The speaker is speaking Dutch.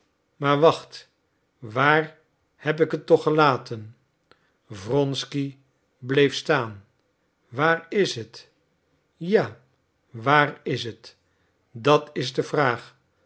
maar wacht waar heb ik het toch gelaten wronsky bleef staan waar is het ja waar is het dat is de vraag